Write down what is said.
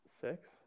Six